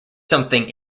something